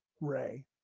ray